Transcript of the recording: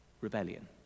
rebellion